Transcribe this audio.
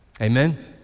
Amen